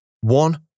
one